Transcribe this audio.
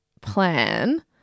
plan